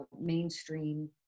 mainstream